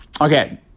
Okay